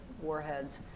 warheads